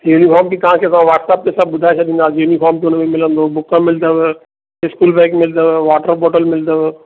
daily work बि तव्हांखे WhatsApp ते सभु ॿुधाइ छॾिंदासी यूनिफार्म बि हुनमें ई मिलंदव तव्हां डेली बुक मिलंदव स्कूल बैग मिलंदव वॉटर बोटल मिलंदव